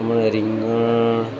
હમણાં રીંગણ